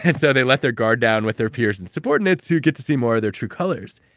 and so, they let their guard down with their peers and subordinates, who get to see more of their true colors.